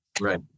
Right